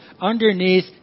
underneath